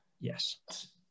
yes